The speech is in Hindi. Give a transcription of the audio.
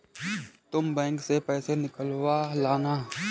तुम बैंक से पैसे निकलवा लाना